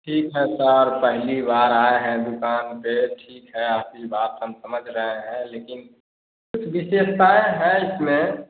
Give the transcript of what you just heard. ठीक है सर पहली बार आए हैं दुकान पर ठीक है आपकी बात हम समझ रहए हैं लेकिन कुछ विसहेसक्षताएं हैं इसमें